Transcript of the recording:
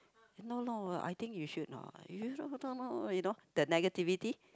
no lor I think you should not you know that negativity